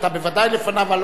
אתה בוודאי לפניו.